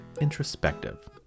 introspective